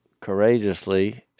courageously